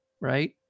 right